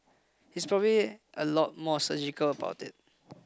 he's probably a lot more surgical about it